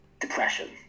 depression